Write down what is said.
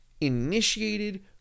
initiated